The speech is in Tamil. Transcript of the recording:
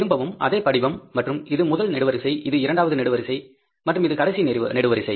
திரும்பவும் அதே படிவம் மற்றும் இது முதல் நெடுவரிசை இது இரண்டாவது நெடுவரிசை மற்றும் இது கடைசி நெடுவரிசை